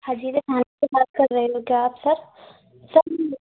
हाँ जी सर थाने से बात कर रहे हो क्या आप सर सर म